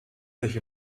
sich